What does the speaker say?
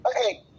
Okay